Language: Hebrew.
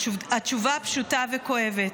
התשובה פשוטה וכואבת: